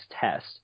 test